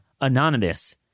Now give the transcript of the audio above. anonymous